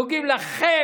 נוגעים לכם,